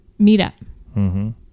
meetup